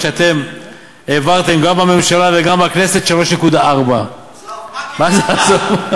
על כל פנים,